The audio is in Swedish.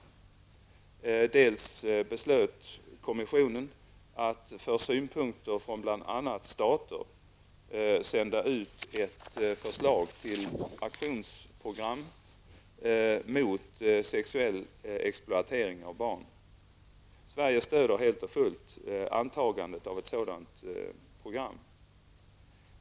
För det andra beslöt kommissionen att för synpunkter från bl.a. stater sända ut ett förslag till aktionsprogram mot sexuell exploatering av barn. Sverige stödjer helt och fullt antagandet av ett sådant program.